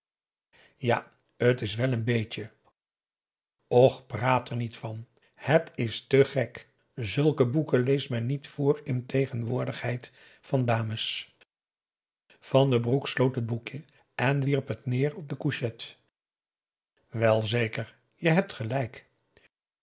ja het is wel een beetje och praat er niet van het is te gek zulke boeken leest men niet voor in tegenwoordigheid van dames van den broek sloot het boekje en wierp het neêr op de couchette wel zeker je hebt gelijk